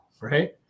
Right